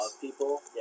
people